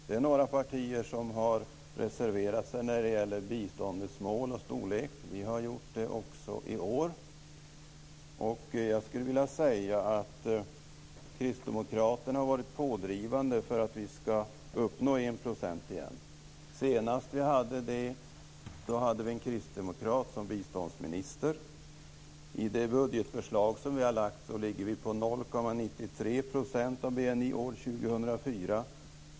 Det är några partier som har reserverat sig när det gäller biståndets mål och storlek - vi har gjort det också i år - och jag skulle vilja säga att kristdemokraterna har varit pådrivande för att vi ska uppnå 1 % igen. Senast vi hade det hade vi en kristdemokrat som biståndsminister. I det budgetförslag som vi har lagt fram ligger vi på 0,93 % av BNI år 2004.